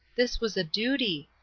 this was a duty.